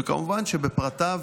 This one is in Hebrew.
וכמובן שבפרטיו